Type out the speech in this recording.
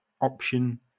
option